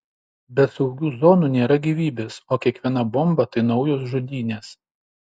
be saugių zonų nėra gyvybės o kiekviena bomba tai naujos žudynės